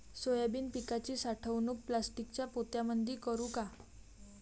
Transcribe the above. Soybean पिकाची साठवणूक प्लास्टिकच्या पोत्यामंदी करू का?